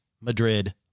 Madrid